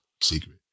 secret